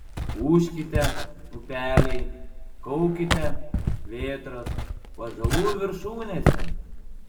ūžkite upeliai kaukite vėtros ąžuolų viršūnėse